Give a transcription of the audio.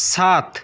সাত